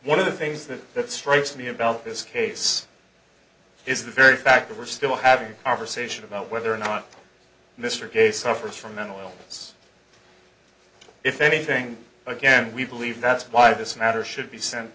one of the things that that strikes me about this case is the very fact that we're still having a conversation about whether or not mr gay suffers from mental illness if anything again we believe that's why this matter should be sent